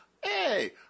hey